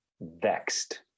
Vexed